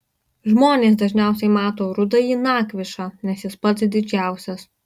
žmonės dažniausiai mato rudąjį nakvišą nes jis pats didžiausias